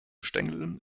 stängel